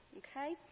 okay